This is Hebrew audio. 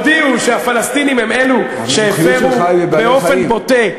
הודיעו שהפלסטינים הם אלו שהפרו באופן בוטה,